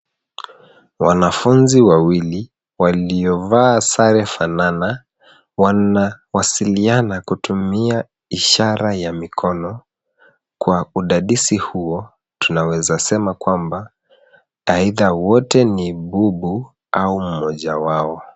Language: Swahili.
Wanafunzi wawili, waliovaa sare fanana, wanawasiliana kutumia ishara ya mikono, kwa udadisi huo, tunaweza sema kwamba, aitha wote ni bubu au mmoja wao.